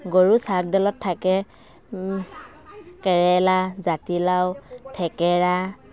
গৰুৰ চাক ডালত থাকে কেৰেলা জাতিলাও থেকেৰা